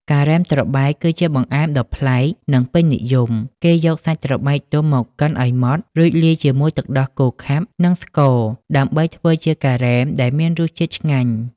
ការ៉េមត្របែក គឺជាបង្អែមដ៏ប្លែក និងពេញនិយម។ គេយកសាច់ត្របែកទុំមកកិនឲ្យម៉ដ្ឋ រួចលាយជាមួយទឹកដោះគោខាប់ និងស្ករ ដើម្បីធ្វើជាការ៉េមដែលមានរសជាតិឆ្ងាញ់។